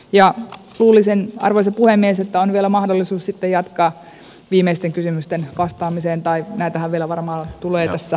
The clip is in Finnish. ja luulisin arvoisa puhemies että on vielä mahdollisuus sitten jatkaa viimeisiin kysymyksiin vastaamiseen tai näitähän vielä varmaan tulee tässä pilvin pimein